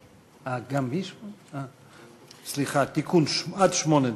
סליחה, תיקון, עד שמונה דקות.